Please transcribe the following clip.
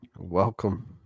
welcome